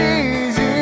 easy